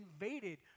invaded